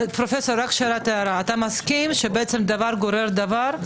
שאלת הערה: אתה מסכים שדבר גורר דבר?